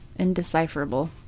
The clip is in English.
Indecipherable